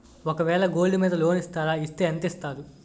ఒక వేల గోల్డ్ మీద లోన్ ఇస్తారా? ఇస్తే ఎంత ఇస్తారు?